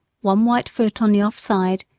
one white foot on the off side,